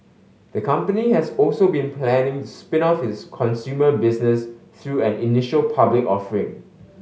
the company has also been planning to spin off its consumer business through an initial public offering